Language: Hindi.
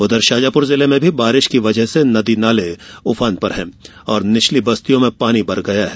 उधर शाजापुर जिले में भी बारिश की वजह से नदी नाले उफान पर है और निचली बस्तियों में पानी भर गया है